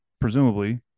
presumably